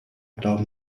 glauben